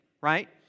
right